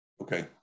Okay